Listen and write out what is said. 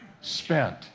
Spent